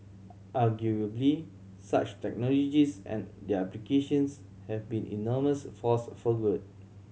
arguably such technologies and their applications have been enormous force for good